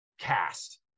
cast